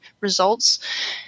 results